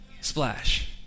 splash